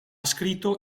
scritto